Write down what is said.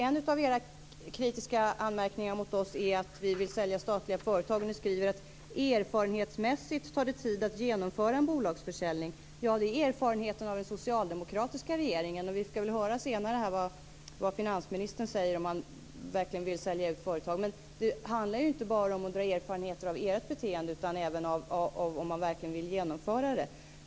En av era kritiska anmärkningar mot oss gäller att vi vill sälja statliga företag. Ni skriver: Erfarenhetsmässigt tar det tid att genomföra en bolagsförsäljning. Ja, det är den socialdemokratiska regeringens erfarenhet. Vi får väl senare höra vad finansministern säger, om han verkligen vill sälja ut företag. Det handlar inte bara om att dra erfarenheter av ert beteende, utan också vad man verkligen vill genomföra.